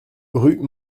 rue